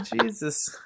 Jesus